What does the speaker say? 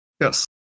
Yes